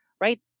right